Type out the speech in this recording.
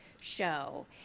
show